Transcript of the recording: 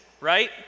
right